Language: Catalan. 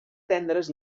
tendres